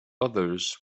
others